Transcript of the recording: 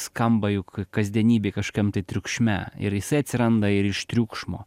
skamba juk kasdienybėj kažkokiam tai triukšme ir jisai atsiranda ir iš triukšmo